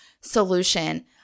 solution